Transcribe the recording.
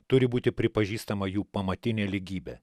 turi būti pripažįstama jų pamatinė lygybė